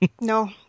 no